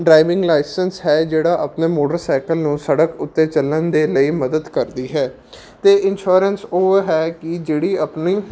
driving licence ਹੈ ਜਿਹੜਾ ਆਪਣੇ ਮੋਟਰਸਾਈਕਲ ਨੂੰ ਸੜਕ ਉੱਤੇ ਚੱਲਣ ਦੇ ਲਈ ਮਦਦ ਕਰਦੀ ਹੈ ਅਤੇ ਇੰਸ਼ੋਰੈਂਸ ਉਹ ਹੈ ਕਿ ਜਿਹੜੀ ਆਪਣੀ